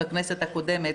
בכנסת הקודמת,